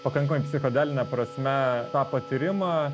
pakankamai psichodeline prasme tą patyrimą